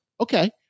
Okay